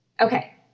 Okay